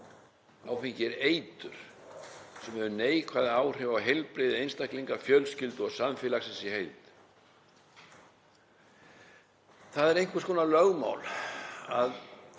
Áfengi er eitur sem hefur neikvæð áhrif á heilbrigði einstaklinga, fjölskyldna og samfélagsins í heild. Það er einhvers konar lögmál að